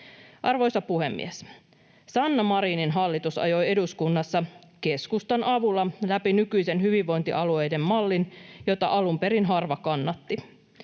Arvoisa puhemies! Sanna Marinin hallitus ajoi eduskunnassa keskustan avulla läpi nykyisen hyvinvointialueiden mallin, jota alun perin harva kannatti.